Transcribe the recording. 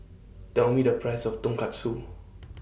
Tell Me The Price of Tonkatsu